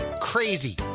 crazy